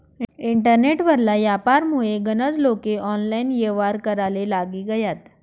internet वरला यापारमुये गनज लोके ऑनलाईन येव्हार कराले लागी गयात